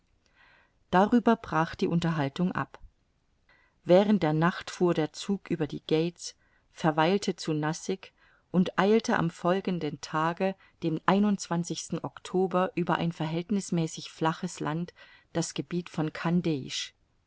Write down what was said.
darüber brach die unterhaltung ab während der nacht fuhr der zug über die gates verweilte zu nassik und eilte am folgenden tage den oktober über ein verhältnißmäßig flaches land das gebiet von